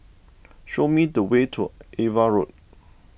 show me the way to Ava Road